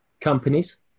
companies